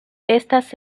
estas